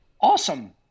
awesome